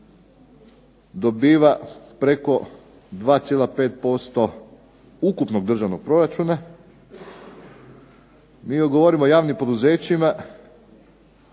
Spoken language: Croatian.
dobiva preko 2,5% ukupnog državnog proračuna. Mi govorimo o javnim poduzećima